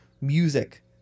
music